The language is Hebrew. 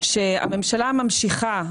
שהממשלה ממשיכה,